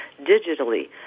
digitally